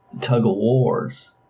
tug-of-wars